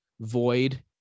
Void